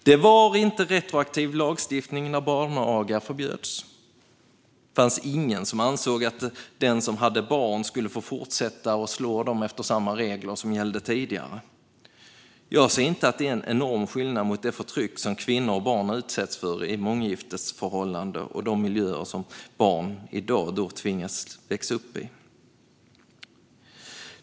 Det var inte retroaktiv lagstiftning när barnaga förbjöds. Det fanns ingen som ansåg att den som hade barn skulle få fortsätta att slå dem enligt de regler som gällde tidigare. Jag ser inte att det är en enorm skillnad mot det förtryck som kvinnor och barn utsätts för i månggiftesförhållanden. I dag tvingas barn att växa upp i sådana miljöer.